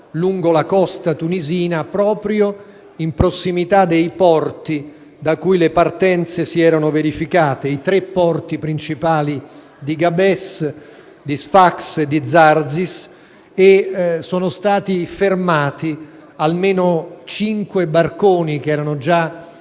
lungo la costa tunisina, proprio in prossimità dei porti da cui le partenze si erano verificate, i tre porti principali di Gabes, Sfax e di Zarzis,. Sono stati fermati ai porti di partenza almeno